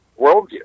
worldview